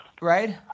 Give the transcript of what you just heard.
right